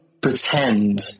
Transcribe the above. pretend